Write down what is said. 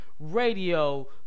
Radio